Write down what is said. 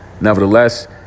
Nevertheless